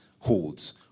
holds